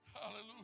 hallelujah